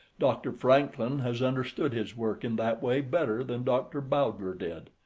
dr. francklin has understood his work in that way better than dr. bowdler did.